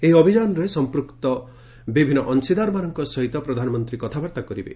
ଏହି ଅଭିଯାନରେ ସଂପୃକ୍ତ ବିଭିନ୍ନ ଅଂଶୀଦାରମାନଙ୍କ ସହିତ ପ୍ରଧାନମନ୍ତ୍ରୀ କଥାବାର୍ତ୍ତା କରିବେ